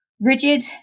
rigid